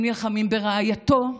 הם נלחמים ברעייתו,